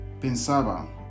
pensaba